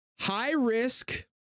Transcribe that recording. High-risk